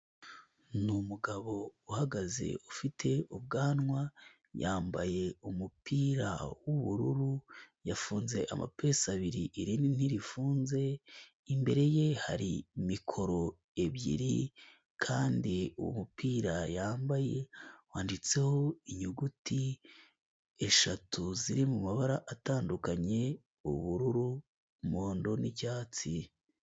Ni umugabo uhagaze ufite ubwanwa, yambaye umupira w'ubururu yafunze amapesi abiri irindi ntirifunze, imbere ye hari mikoro ebyiri kandi umupira yambaye wanditseho inyuguti eshatu ziri mu mabara atandukanye: ubururu, umuhondo n'icyatsi.